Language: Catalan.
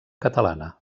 catalana